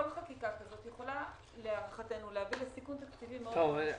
כל חקיקה כזו יכולה להערכתנו להביא לסיכון תקציבי משמעותי מאוד,